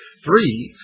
three.